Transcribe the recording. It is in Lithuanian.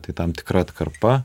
tai tam tikra atkarpa